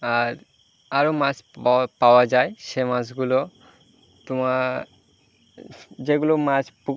আর আরও মাছ বাওয়া পাওয়া যায় সে মাছগুলো তোমার যেগুলো মাছ পু